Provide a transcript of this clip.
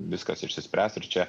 viskas išsispręs ir čia